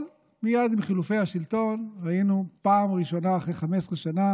אבל מייד עם חילופי השלטון ראינו בפעם הראשונה אחרי 15 שנה